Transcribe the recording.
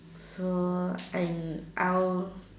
so I'm I'll